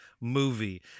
movie